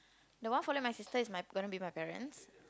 the one follow my sister is my gonna be my parents